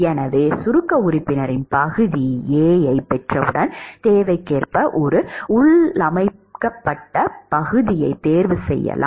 எனவே சுருக்க உறுப்பினரின் பகுதி A யைப் பெற்றவுடன் தேவைக்கேற்ப ஒரு உள்ளமைக்கப்பட்ட பகுதியைத் தேர்வு செய்யலாம்